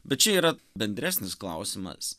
bet čia yra bendresnis klausimas